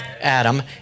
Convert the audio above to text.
Adam